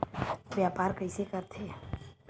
व्यापार कइसे करथे?